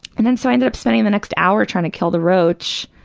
and then, so i ended up spending the next hour trying to kill the roach,